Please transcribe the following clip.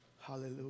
Hallelujah